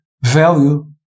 value